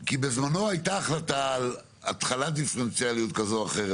כי בזמנו הייתה החלטה על התחלת דיפרנציאליות כזו או אחרת,